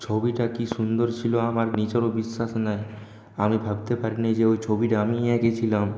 ছবিটা কি সুন্দর ছিল আমার নিজেরও বিশ্বাস নাই আমি ভাবতে পারিনি যে ওই ছবিটা আমিই এঁকেছিলাম